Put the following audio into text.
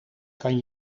kan